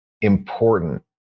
important